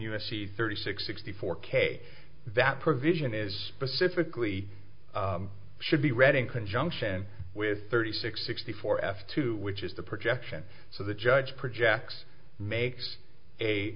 c thirty six sixty four k that provision is specifically should be read in conjunction with thirty six sixty four f two which is the projection so the judge projects makes a